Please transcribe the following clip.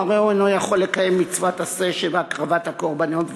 הרי הוא אינו יכול לקיים מצוות עשה שבהקרבת הקורבנות ודיניהם,